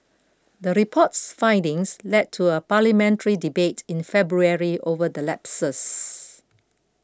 the report's findings led to a parliamentary debate in February over the lapses